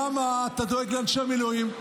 למה אתה דואג לאנשי מילואים?